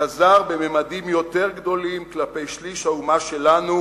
"חזר בממדים יותר גדולים כלפי שליש האומה שלנו